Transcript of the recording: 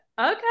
okay